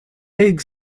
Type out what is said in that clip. egg